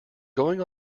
going